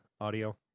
audio